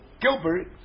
Gilbert